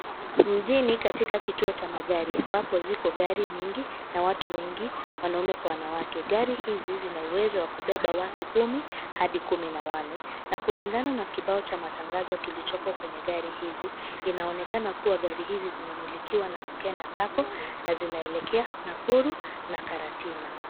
Mjini katika kituo cha magari ambapo ziko gari mengi na watu wengi, wanaume kwa wanawake. Gari hizi zina uwezo wa kubeba watu kumi hadi kumi na wanne na kulingana na kibao cha matangazo kilichoko kwenye gari hizi, inaonekana kuwa gari hizi zimemilikiwa na Kukena Sacco na zinaelekea Nakuru na Karatina.